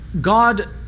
God